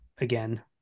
again